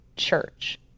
Church